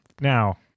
Now